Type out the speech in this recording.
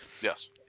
Yes